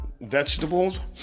vegetables